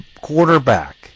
quarterback